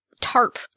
tarp